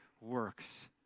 works